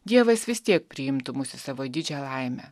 dievas vis tiek priimtų mus į savo didžią laimę